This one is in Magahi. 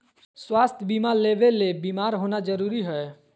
स्वास्थ्य बीमा लेबे ले बीमार होना जरूरी हय?